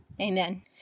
Amen